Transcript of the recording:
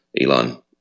Elon